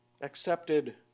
accepted